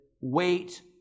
wait